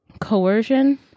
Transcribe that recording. Coercion